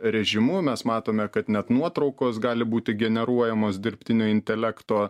režimu mes matome kad net nuotraukos gali būti generuojamos dirbtinio intelekto